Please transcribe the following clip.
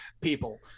people